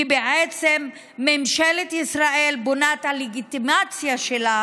כי בעצם ממשלת ישראל בונה את הלגיטימציה שלה